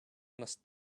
must